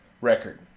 record